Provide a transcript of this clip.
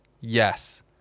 Yes